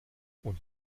und